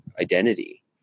identity